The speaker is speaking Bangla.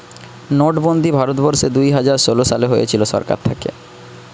নোটবন্দি ভারত বর্ষে দুইহাজার ষোলো সালে হয়েছিল সরকার থাকে